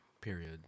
Period